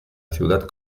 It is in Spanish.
ciudad